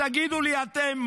תגידו לי אתם,